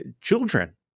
children